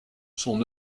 son